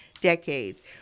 decades